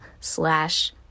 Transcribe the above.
slash